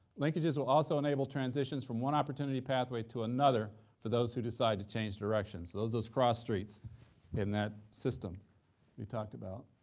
linkages will also enable transitions from one opportunity pathway to another for those who decide to change direction. so those are those cross streets in that system we talked about.